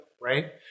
right